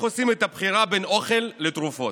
עושים את הבחירה בין אוכל לתרופות?